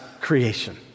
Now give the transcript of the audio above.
creation